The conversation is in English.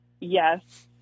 Yes